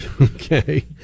okay